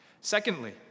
Secondly